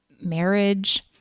marriage